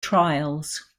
trials